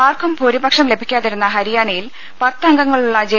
ആർക്കും ഭൂരിപക്ഷം ലഭിക്കാതിരുന്ന ഹരിയാനയിൽ പത്തംഗങ്ങളുള്ള ജെ